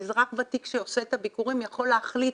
האזרח הוותיק שעושה את הביקורים יכול להחליט